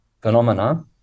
phenomena